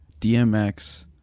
dmx